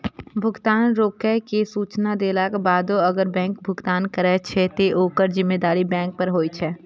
भुगतान रोकै के सूचना देलाक बादो अगर बैंक भुगतान करै छै, ते ओकर जिम्मेदारी बैंक पर होइ छै